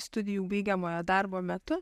studijų baigiamojo darbo metu